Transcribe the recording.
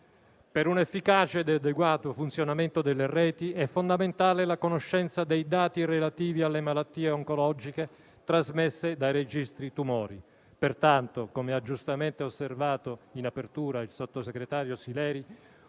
Per un efficace e adeguato funzionamento delle reti è fondamentale la conoscenza dei dati relativi alle malattie oncologiche trasmesse dai registri tumori. Pertanto, come ha giustamente osservato in apertura il sottosegretario Sileri,